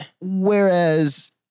Whereas